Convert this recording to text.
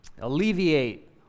alleviate